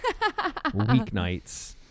weeknights